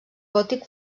gòtic